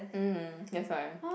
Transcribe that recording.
mm that's why